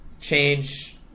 change